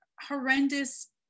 horrendous